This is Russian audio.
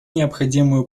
необходимую